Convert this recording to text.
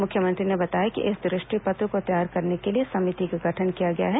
मुख्यमंत्री ने बताया कि इस दृष्टि पत्र को तैयार करने के लिए समिति का गठन किया गया है